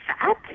fat